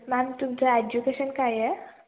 ma'am तुमचं education काय आहे